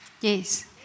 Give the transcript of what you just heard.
Yes